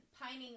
pining